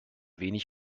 wenig